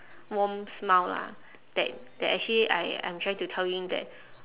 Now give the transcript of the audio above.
warm smile lah that that actually I I'm trying to tell him that